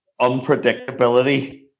unpredictability